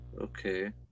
Okay